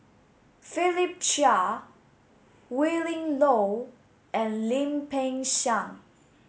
Philip Chia Willin Low and Lim Peng Siang